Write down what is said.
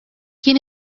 jien